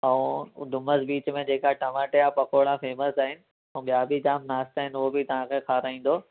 ऐं डुमस बिच में जेका टमाटे जा पकोड़ा फेमस आहिनि ऐं ॿिया बि जाम नाश्ता आहिनि उहो बि तव्हांखे खाराईंदो